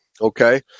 Okay